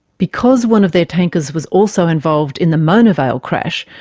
because one of their tankers was also involved in the mona vale crash,